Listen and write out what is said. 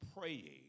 praying